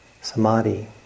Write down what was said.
samadhi